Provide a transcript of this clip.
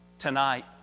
Tonight